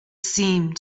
seemed